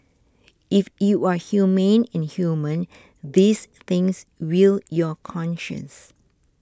if you are humane and human these things will your conscience